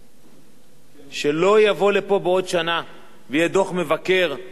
שלא יבוא לפה בעוד שנה כשיהיה דוח מבקר על המסתננים.